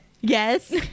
Yes